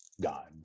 God